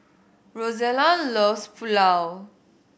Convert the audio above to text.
Rozella loves Pulao